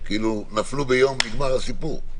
כלומר אם נפלו ביום אז נגמר הסיפור.